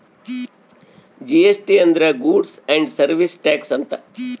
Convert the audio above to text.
GST ಅಂದ್ರ goods and service tax ಅಂತ